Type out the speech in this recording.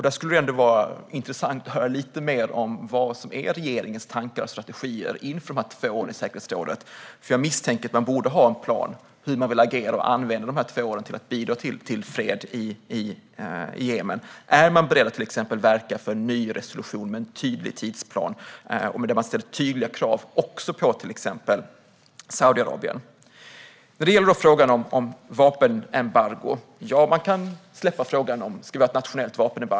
Det skulle vara intressant att höra lite mer om regeringens tankar och strategier inför de två åren i säkerhetsrådet. Jag misstänker att man har en plan för hur man vill agera och använda de två åren till att bidra till fred i Jemen. Är man till exempel beredd att verka för en ny resolution med en tydlig tidsplan där det också ställs tydliga krav på exempelvis Saudiarabien? När det gäller frågan om vapenembargo kan man släppa frågan om man ska ha ett nationellt sådant.